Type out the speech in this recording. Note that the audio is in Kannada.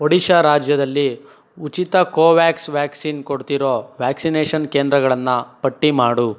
ಒಡಿಶಾ ರಾಜ್ಯದಲ್ಲಿ ಉಚಿತ ಕೋವ್ಯಾಕ್ಸ್ ವ್ಯಾಕ್ಸಿನ್ ಕೊಡ್ತಿರೊ ವ್ಯಾಕ್ಸಿನೇಷನ್ ಕೇಂದ್ರಗಳನ್ನು ಪಟ್ಟಿ ಮಾಡು